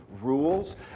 rules